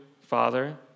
Father